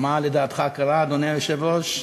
מה לדעתך קרה, אדוני היושב-ראש?